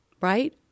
right